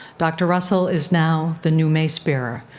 dr. russell is now the new mace bearer.